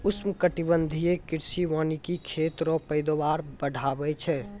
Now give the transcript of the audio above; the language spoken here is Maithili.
उष्णकटिबंधीय कृषि वानिकी खेत रो पैदावार बढ़ाबै छै